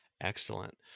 Excellent